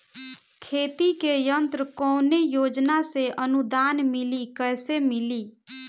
खेती के यंत्र कवने योजना से अनुदान मिली कैसे मिली?